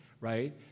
right